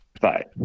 Bye